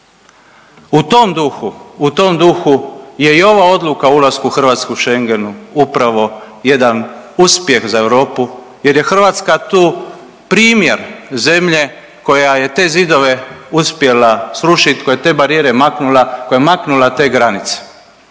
u tom duhu je i ova odluka o ulasku Hrvatske u Schengen upravo jedan uspjeh za Europu jer je Hrvatska tu primjer zemlje koja je te zidove uspjela srušit, koja je te barijere maknula, koja je maknula te granice.